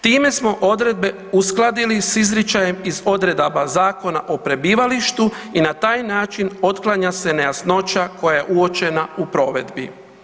Time smo odredbe uskladili sa izričajem iz odredaba Zakona o prebivalištu i na taj način otklanja se nejasnoća koja je uočena u provedbi.